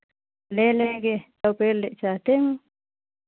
ले लेंगे ओ पेड़ चाहते हैं